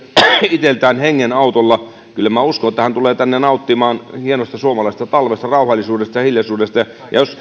itseltään hengen autolla kyllä minä uskon että hän tulee tänne nauttimaan hienosta suomalaisesta talvesta rauhallisuudesta ja hiljaisuudesta